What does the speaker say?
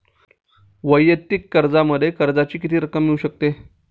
वैयक्तिक कर्जामध्ये कर्जाची किती रक्कम मिळू शकते?